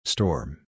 Storm